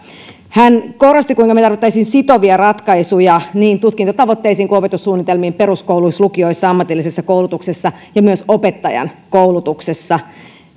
hän korosti kuinka me tarvitsisimme sitovia ratkaisuja niin tutkintotavoitteisiin kuin opetussuunnitelmiin peruskouluissa lukioissa ammatillisessa koulutuksessa ja myös opettajankoulutuksessa